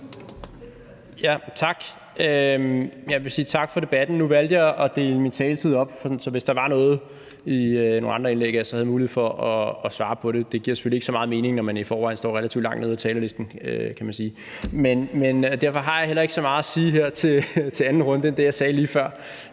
tak for debatten. Nu valgte jeg at dele min taletid op, sådan at jeg, hvis der var noget i nogle andre indlæg, havde mulighed for at svare på det. Det giver selvfølgelig ikke så meget mening, når man i forvejen står relativt langt nede på talerlisten, kan man sige. Derfor har jeg heller ikke så meget at sige her til anden runde end det, jeg sagde lige før.